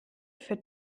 für